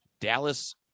Dallas